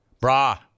Bra